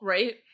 Right